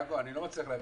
אם אני לא טועה,